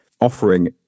offering